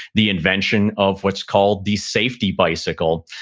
the invention of what's called the safety bicycle.